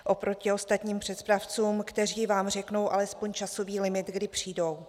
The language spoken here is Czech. Oproti ostatním přepravcům, kteří vám řeknou alespoň časový limit, kdy přijdou.